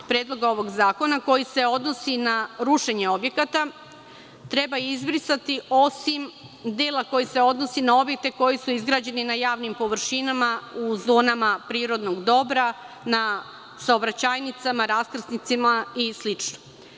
Predloga zakona, koji se odnosi na rušenje objekata, treba izbrisati, osim dela koji se odnosi na objekte koji su izgrađeni na javnim površinama u zonama prirodnog dobra, na saobraćajnicama, raskrsnicama i slično.